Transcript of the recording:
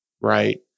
right